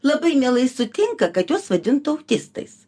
labai mielai sutinka kad juos vadint autistais